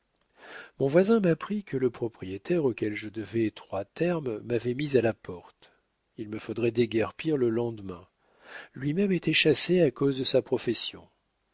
mon voisin m'apprit que le propriétaire auquel je devais trois termes m'avait mis à la porte il me faudrait déguerpir le lendemain lui-même était chassé à cause de sa profession